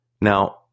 Now